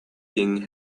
king